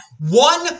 One